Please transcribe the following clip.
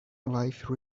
life